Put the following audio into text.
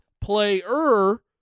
player